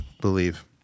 believe